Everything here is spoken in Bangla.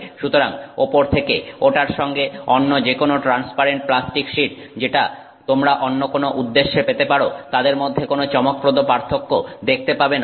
সুতরাং উপর থেকে ওটার সঙ্গে অন্য যেকোনো ট্রান্সপারেন্ট প্লাস্টিক শিট যেটা তোমরা অন্য কোনো উদ্দেশ্যে পেতে পারো তাদের মধ্যে কোন চমকপ্রদ পার্থক্য দেখতে পাবে না